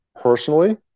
personally